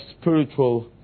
spiritual